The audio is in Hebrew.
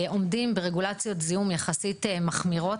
עומדים ברגולציות זיהום יחסית מחמירות,